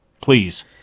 please